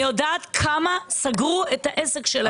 יודעת כמה חקלאים סגרו את העסק שלהם.